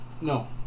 No